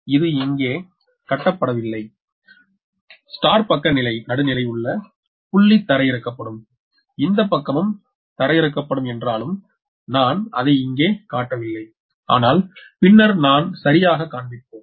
இது இங்கே கட்டப்படவில்லை நட்சத்திர பக்க நடுநிலை புள்ளி தரையிறக்கப்படும் இந்த பக்கமும் தரையிறக்கப்படும் என்றாலும் நான் அதை இங்கே காட்டவில்லை ஆனால் பின்னர் நாம் சரியாக காண்பிப்போம்